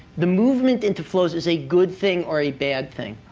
the movement into flows is a good thing or a bad thing.